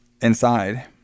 inside